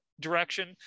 direction